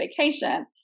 vacation